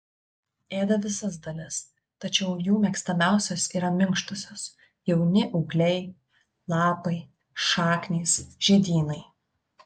ėda visas dalis tačiau jų mėgstamiausios yra minkštosios jauni ūgliai lapai šaknys žiedynai